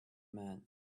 man